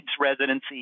residency